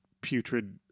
putrid